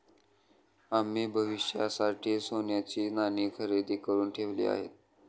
आम्ही भविष्यासाठी सोन्याची नाणी खरेदी करुन ठेवली आहेत